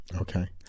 Okay